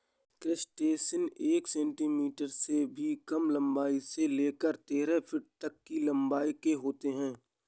crustacean एक centimetre से भी कम लंबाई से लेकर तेरह फीट तक की लंबाई के होते हैं